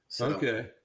okay